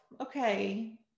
okay